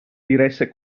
diresse